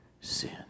sin